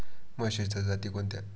म्हशीच्या जाती कोणत्या?